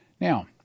Now